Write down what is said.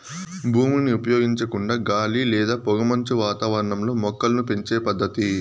భూమిని ఉపయోగించకుండా గాలి లేదా పొగమంచు వాతావరణంలో మొక్కలను పెంచే పద్దతి